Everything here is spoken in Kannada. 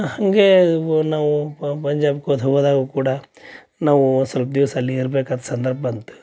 ಹಾಗೇ ನಾವು ಪಂಜಾಬ್ ಹೋದ್ ಹೋದಾಗೂ ಕೂಡ ನಾವೂ ಸೊಲ್ಪ ದಿವ್ಸ ಅಲ್ಲಿ ಇರ್ಬೇಕಾದ ಸಂದರ್ಭ ಬಂತು